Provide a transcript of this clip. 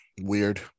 Weird